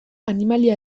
animalia